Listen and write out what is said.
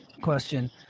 question